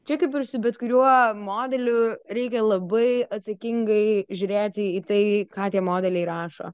čia kaip ir su bet kuriuo modeliu reikia labai atsakingai žiūrėti į tai ką tie modeliai rašo